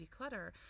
declutter